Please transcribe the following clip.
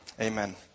Amen